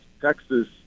Texas